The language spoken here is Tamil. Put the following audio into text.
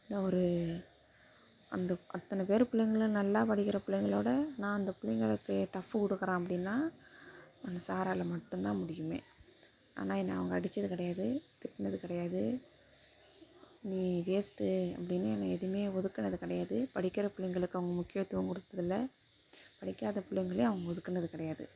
என்ன ஒரு அந்த அத்தனை பேர் பிள்ளைங்களும் நல்லா படிக்கிற பிள்ளைங்களோட நான் அந்த பிள்ளைங்களுக்கு டஃப்பு கொடுக்கறேன் அப்படின்னா அந்த சாரால் மட்டுந்தான் முடியுமே ஆனால் என்னை அவங்க அடித்தது கிடையாது திட்டினது கிடையாது நீ வேஸ்ட்டு அப்டின்னு என்ன எதுமே ஒதுக்கினது கிடையாது படிக்கிற பிள்ளைங்களுக்கு அவங்க முக்கியத்துவம் கொடுத்ததில்ல படிக்காத பிள்ளைங்களையும் அவங்க ஒதுக்கினது கிடையாது